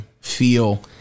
feel